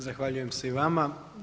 Zahvaljujem se i vama.